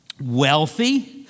wealthy